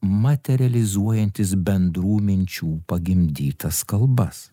materializuojantys bendrų minčių pagimdytas kalbas